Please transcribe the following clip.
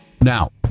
Now